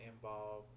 involve